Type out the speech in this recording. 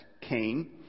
Cain